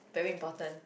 very important